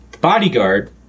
bodyguard